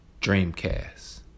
Dreamcast